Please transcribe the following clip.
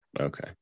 okay